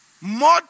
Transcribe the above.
more